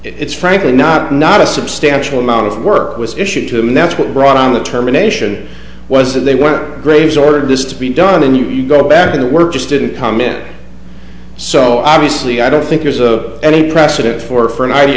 it's frankly not not a substantial amount of work was issued to him and that's what brought on the terminations was that they were graves ordered this to be done and you go back to work just didn't come in so obviously i don't think there's a any precedent for for an i